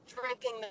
drinking